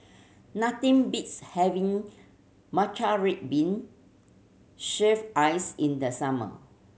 nothing beats having matcha red bean shaved ice in the summer